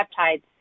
peptides